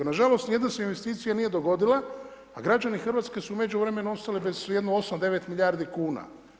Na žalost ni jedna se investicija nije dogodila, a građani Hrvatske su u međuvremenu ostali bez jedno osam, devet milijardi kuna.